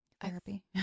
therapy